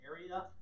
area